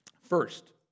First